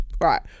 Right